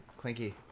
Clinky